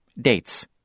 Dates